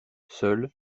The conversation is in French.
seul